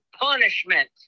punishment